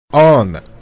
On